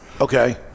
Okay